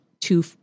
two